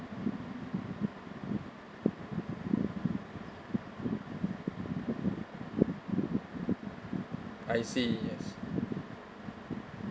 I see yes